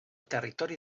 territori